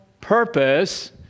purpose